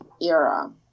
era